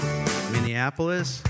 Minneapolis